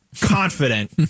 confident